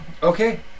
Okay